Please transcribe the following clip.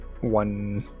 one